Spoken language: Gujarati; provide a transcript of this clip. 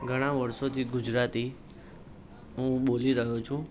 ઘણાં વર્ષોથી ગુજરાતી હું બોલી રહ્યો છું